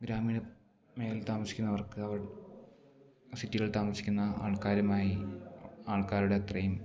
ഗ്രാമീണ മേഘലയിൽ താമസിക്കുന്നവർക്ക് അവർ സിറ്റികൾ താമസിക്കുന്ന ആൾക്കാരുമായി ആൾക്കാരുടെ അത്രയും